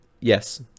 yes